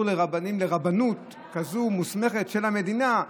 לרבנים ולרבנות כזו מוסמכת של המדינה.